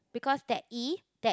because that E that